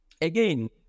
Again